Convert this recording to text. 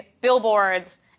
billboards